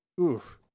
Oof